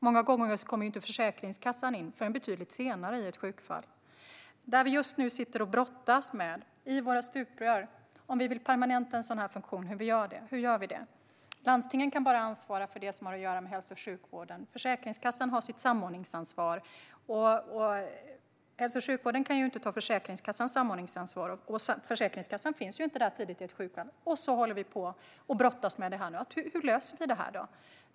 Många gånger kommer Försäkringskassan inte in förrän betydligt senare i ett sjukfall. Just nu brottas vi, i våra stuprör, med om och i så fall hur vi vill permanenta en sådan funktion. Landstingen kan bara ansvara för det som har att göra med hälso och sjukvården. Försäkringskassan har sitt samordningsansvar. Och hälso och sjukvården kan inte ta Försäkringskassans samordningsansvar, och Försäkringskassan finns inte där tidigt i ett sjukfall. På det sättet håller vi på och brottas med det här. Hur löser vi det här då?